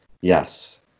yes